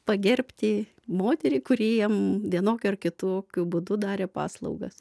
pagerbti moterį kuri jiem vienokiu ar kitokiu būdu darė paslaugas